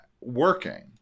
working